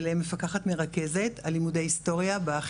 מפקחת מרכזת על לימודי היסטוריה,